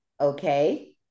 Okay